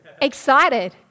excited